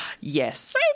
Yes